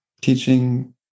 teaching